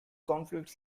conflicts